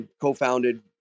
co-founded